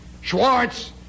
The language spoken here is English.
Schwartz